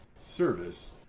service